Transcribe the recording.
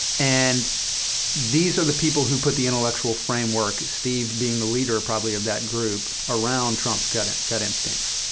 and these are the people who put the intellectual framework, steve being the leader probably of that group, around trump's gut and gut instincts.